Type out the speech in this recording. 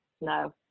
no